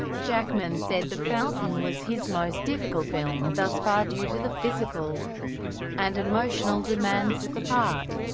jackman said the fountain was his most difficult film thus far due to the physical and emotional demands of the part.